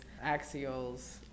axials